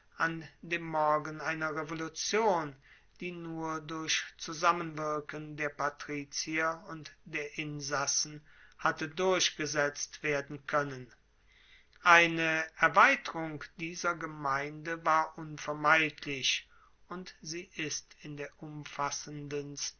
an dem morgen einer revolution die nur durch zusammenwirken der patrizier und der insassen hatte durchgesetzt werden koennen eine erweiterung dieser gemeinde war unvermeidlich und sie ist in der umfassendsten